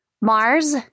Mars